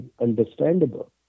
understandable